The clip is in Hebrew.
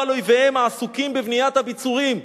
על אויביהם העסוקים בבניית הביצורים".